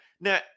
Now